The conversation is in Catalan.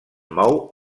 mou